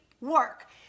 work